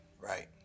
Right